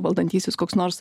valdantysis koks nors